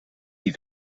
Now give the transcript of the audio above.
die